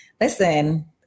Listen